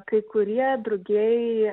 kai kurie drugiai